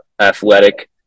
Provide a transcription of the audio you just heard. athletic